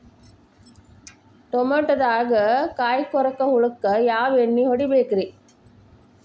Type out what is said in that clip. ಟಮಾಟೊದಾಗ ಕಾಯಿಕೊರಕ ಹುಳಕ್ಕ ಯಾವ ಎಣ್ಣಿ ಹೊಡಿಬೇಕ್ರೇ?